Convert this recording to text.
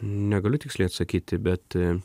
negaliu tiksliai atsakyti bet